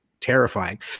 terrifying